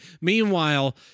Meanwhile